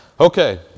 okay